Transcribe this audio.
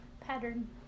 Pattern